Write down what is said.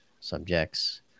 subjects